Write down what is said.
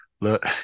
look